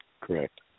Correct